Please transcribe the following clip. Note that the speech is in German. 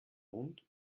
mund